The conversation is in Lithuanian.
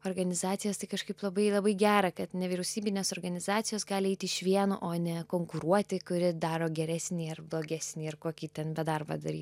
organizacijas tai kažkaip labai labai gera kad nevyriausybinės organizacijos gali eiti išvien o ne konkuruoti kuri daro geresnį ar blogesni ir kokį ten darbą daryt